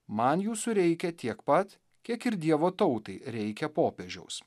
man jūsų reikia tiek pat kiek ir dievo tautai reikia popiežiaus